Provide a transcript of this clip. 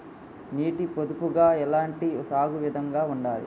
నీటి పొదుపుగా ఎలాంటి సాగు విధంగా ఉండాలి?